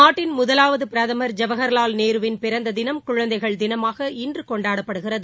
நாட்டின் முதலாவதுபிரதமர் ஐவஹர்லால் நேருவின் பிறந்ததினம் குழந்தைகள் தினமாக இன்றுகொண்டாடப்படுகிறது